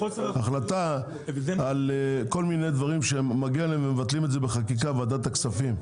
החלטה על כל מיני דברים שמגיע להם והם מבטלים את זה בחקיקה ועדת הכספים,